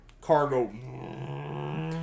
cargo